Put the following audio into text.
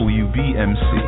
wbmc